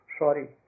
sorry